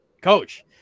coach